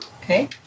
Okay